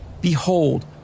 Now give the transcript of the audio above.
behold